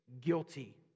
guilty